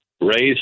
raised